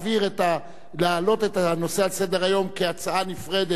סדר-היום כהצעה נפרדת על הקווטה של קדימה,